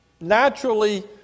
naturally